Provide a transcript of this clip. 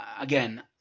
again